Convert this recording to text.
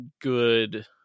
good